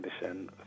condition